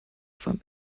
from